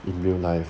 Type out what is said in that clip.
in real life